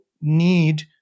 need